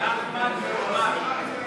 לשנת התקציב 2016, בדבר תוספת תקציב לא נתקבלו.